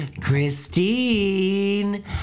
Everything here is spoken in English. Christine